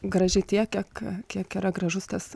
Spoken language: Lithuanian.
graži tiek kiek yra gražus tas